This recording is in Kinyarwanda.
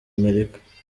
amerika